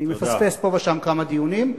אני מפספס פה ושם כמה דיונים.